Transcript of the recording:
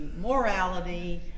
morality